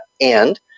And-